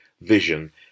vision